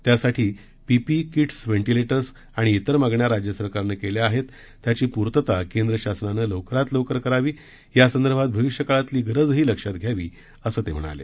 त्यासाठी PPE kits ventilators आणि इतर मागण्या राज्य सरकारनं केल्या आहेत त्याची पूर्तता केंद्र शासनानं लवकरात लवकर करावी यासंदर्भात भविष्यकाळातली गरजही लक्षात घ्यावी असं ते म्हणाले